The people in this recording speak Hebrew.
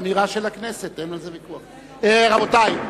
יפה מאוד.